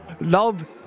Love